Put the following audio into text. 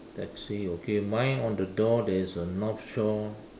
taxi okay mine on the door there is a north shore